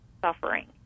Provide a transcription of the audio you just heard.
suffering